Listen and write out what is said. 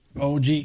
OG